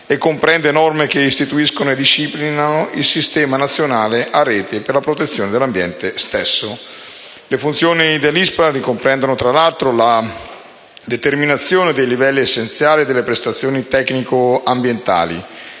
e comprende norme che istituiscono e disciplinano il Sistema nazionale a rete per la protezione dell'ambiente. Le funzioni dell'ISPRA ricomprendono, tra l'altro, la determinazione dei livelli essenziali delle prestazioni tecnico-ambientali.